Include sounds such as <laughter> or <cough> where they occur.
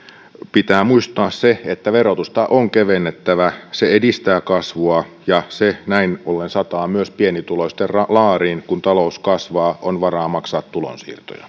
pitää muistaa se että verotusta on kevennettävä se edistää kasvua ja se näin ollen sataa myös pienituloisten laariin kun talous kasvaa on varaa maksaa tulonsiirtoja <unintelligible>